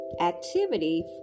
activity